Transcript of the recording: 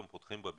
תודה.